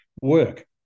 work